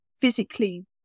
physically